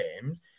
games